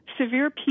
severe